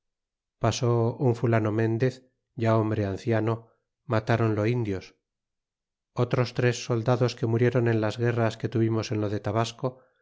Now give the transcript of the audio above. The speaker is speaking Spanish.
pasó un fulano mendez ya hombre anciano rnatronlo indios otros tres soldados que murieron en las guerras que tuvimos en lo de tabasco